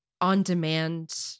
on-demand